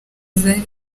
zari